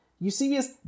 Eusebius